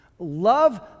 Love